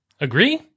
Agree